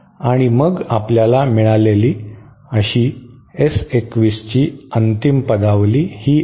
आणि मग आपल्याला मिळालेली अशी S 2 1 ची अंतिम पदावली ही आहे